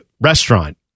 restaurant